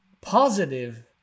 positive